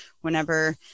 whenever